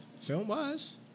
film-wise